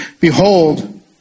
Behold